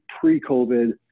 pre-COVID